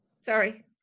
Sorry